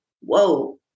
whoa